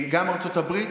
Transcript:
גם ארצות הברית,